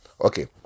Okay